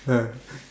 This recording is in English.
ah